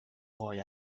boy